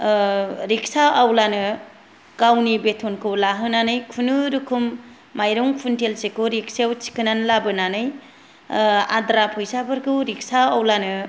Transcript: rickshaw आवलानो गावनि बेथनखौ लाहोनानै खुनुरखम माइरं खुइनतेलसेखौ रिक्सायाव थिखोना लाबोनानै आद्रा फैसाफोरखौ रिक्सा आवलानो